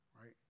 right